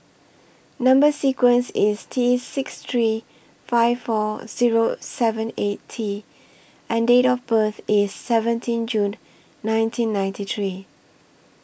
Number sequence IS T six three five four Zero seven eight T and Date of birth IS seventeen June nineteen ninety three